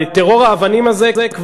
טרור האבנים הזה,